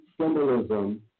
symbolism